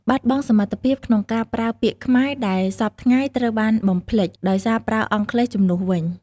បាត់បង់សមត្ថភាពក្នុងការប្រើពាក្យខ្មែរដែលសព្វថ្ងៃត្រូវបានបំភ្លេច ដោយសារប្រើអង់គ្លេសជំនួសវិញ។